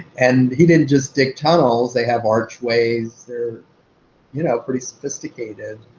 and he didn't just dig tunnels. they have archways. they're you know pretty sophisticated.